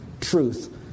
truth